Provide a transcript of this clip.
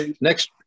Next